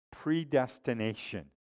predestination